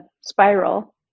spiral